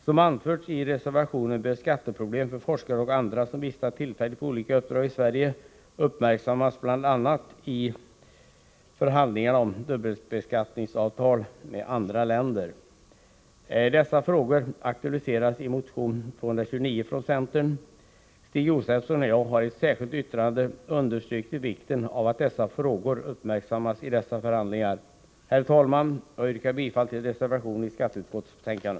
Som anförts i reservationen bör skatteproblemen för forskare och andra som vistas tillfälligt på olika uppdrag i Sverige uppmärksammas bl.a. i förhandlingar om dubbelbeskattningsavtal med andra länder. Dessa frågor aktualiseras i motion 229 från centern. Stig Josefson och jag har i ett särskilt yttrande understrukit vikten av att de här frågorna uppmärksammas i dessa förhandlingar. Herr talman! Jag yrkar bifall till reservationen i skatteutskottets betänkande.